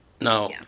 No